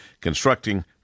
constructing